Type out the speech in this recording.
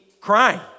crying